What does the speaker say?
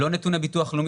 לא נתוני ביטוח לאומי,